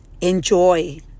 enjoy